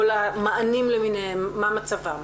כל המענים למיניהם - מה מצבם?